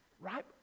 right